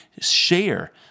share